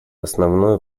основную